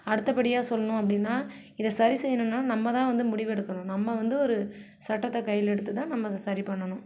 அடுத்தபடியாக சொல்லணும் அப்படின்னா இதை சரி செய்யணுன்னால் நம்ம தான் வந்து முடிவெடுக்கணும் நம்ம வந்து ஒரு சட்டத்தை கையில் எடுத்து தான் நம்ம சரி பண்ணனும்